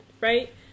Right